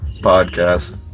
podcast